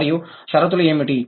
మరియు షరతులు ఏమిటి